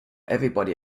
everybody